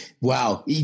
Wow